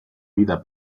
vida